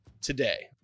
today